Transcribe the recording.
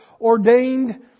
ordained